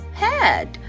head